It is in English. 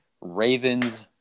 Ravens